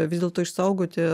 vis dėlto išsaugoti